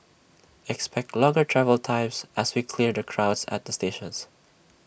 expect longer travel times as we clear the crowds at the stations